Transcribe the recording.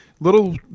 Little